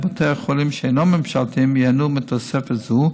בתי החולים שאינם ממשלתיים ייהנו מתוספת זו,